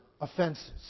offenses